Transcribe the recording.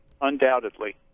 undoubtedly